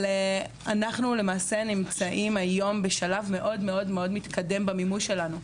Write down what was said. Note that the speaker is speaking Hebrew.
אנחנו למעשה נמצאים היום בשלב מאוד מתקדם במימוש שלנו.